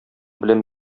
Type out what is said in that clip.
белән